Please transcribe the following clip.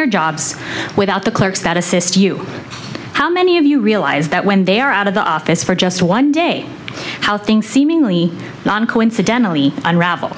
your jobs without the clerks that assist you how many of you realize that when they are out of the office for just one day how things seemingly non coincidentally unravel